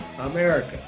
America